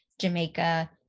jamaica